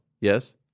Yes